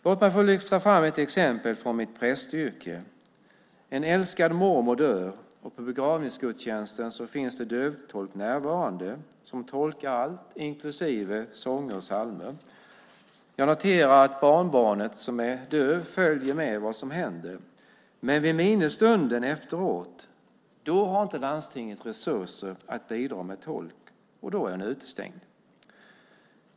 Låt mig få lyfta fram ett exempel från mitt prästyrke. En älskad mormor dör. På begravningsgudstjänsten finns det dövtolk närvarande som tolkar allt, inklusive sånger och psalmer. Jag noterar att barnbarnet, som är dövt, följer med i vad som händer. Men vid minnesstunden efteråt har inte landstinget resurser att bidra med tolk, och då är han utestängd.